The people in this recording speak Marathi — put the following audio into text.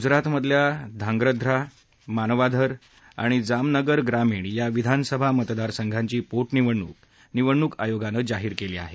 गुजरातमधल्या ध्रांगधा मानवाधर आणि जामनगर ग्रामीण या विधानसभा मतदारसंघांची पोटनिवडणूक निवडणूक आयोगानं जाहीर केली आहे